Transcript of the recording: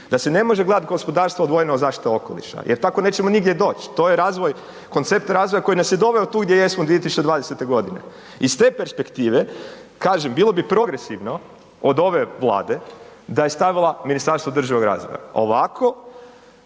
da se ne može gledat gospodarstvo odvojeno od zaštite okoliša jer tako nećemo nigdje doć, to je razvoj, koncept razvoja koji nas je doveo tu gdje jesmo 2020.g. Iz te perspektive, kažem, bilo bi progresivno od ove vlade da je stavila Ministarstvo održivog razvoja, ovako